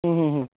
হুম হুম হুম